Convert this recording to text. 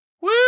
Woo